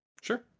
Sure